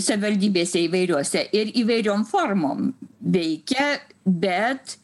savivaldybėse įvairiose ir įvairiom formom veikia bet